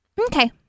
Okay